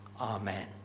amen